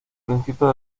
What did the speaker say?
principios